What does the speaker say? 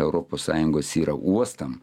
europos sąjungos yra uostam